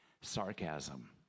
sarcasm